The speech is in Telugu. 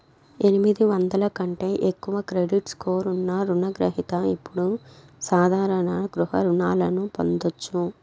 ఎనిమిది వందల కంటే ఎక్కువ క్రెడిట్ స్కోర్ ఉన్న రుణ గ్రహిత ఇప్పుడు సాధారణ గృహ రుణాలను పొందొచ్చు